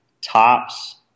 tops